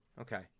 Okay